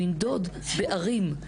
והוא ינדוד בערים,